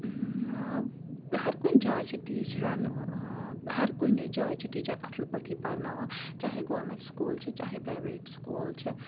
ہرکُنہِ جایہِ چھِ ٹیٖچرَن ہرکُنہِ جایہِ چھِ ٹیٖچَر اَصٕل پٲٹھی پرناوان چاہے گورمٮ۪نٛٹ سکوٗل چھِ چاہے پرٛایویٹ سکوٗل چھِ